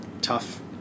tough